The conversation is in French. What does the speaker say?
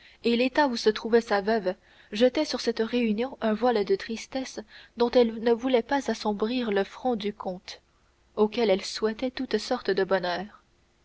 et l'état où se trouvait sa veuve jetaient sur cette réunion un voile de tristesse dont elle ne voulait pas assombrir le front du comte auquel elle souhaitait toute sorte de bonheur